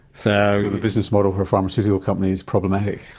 so the business model for a pharmaceutical company is problematic.